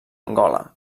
angola